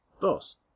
boss